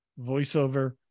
voiceover